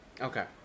Okay